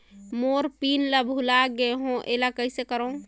मोर PIN ला भुला गे हो एला कइसे करो?